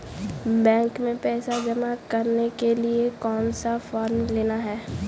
Bank में पैसा जमा करने के लिए कौन सा फॉर्म लेना है?